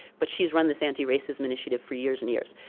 but she's run this anti-racism initiative for years and years.